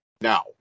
now